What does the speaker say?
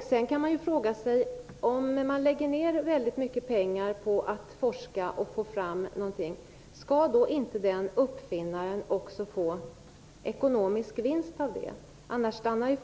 offentligt. Man kan fråga sig om den uppfinnare som lägger ned väldigt mycket pengar på att forska fram någonting inte också skall göra en ekonomisk vinst.